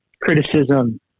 criticism